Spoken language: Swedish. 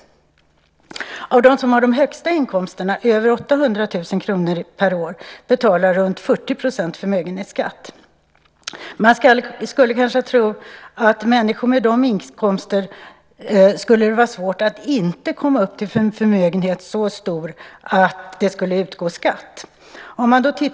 Av dem som har de högsta inkomsterna, över 800 000 kr per år, betalar runt 40 % förmögenhetsskatt. Man skulle kanske tro att för människor med de inkomsterna skulle det vara svårt att inte komma upp till en förmögenhet som är så stor att det skulle utgå skatt på den.